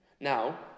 Now